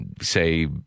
say